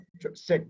six